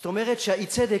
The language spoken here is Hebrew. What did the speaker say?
זאת אומרת שהאי-צדק,